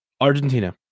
argentina